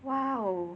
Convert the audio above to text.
!wow!